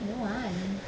I don't want